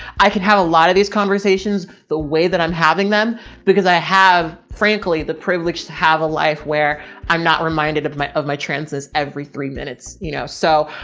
i can have a lot of these conversations the way that i'm having them because i have frankly, the privilege to have a life where i'm not reminded of my, of my transness every three minutes, you know? so,